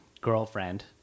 girlfriend